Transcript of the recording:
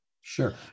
Sure